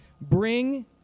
bring